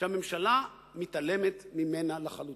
שהממשלה מתעלמת ממנה לחלוטין,